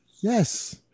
Yes